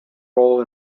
role